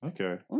Okay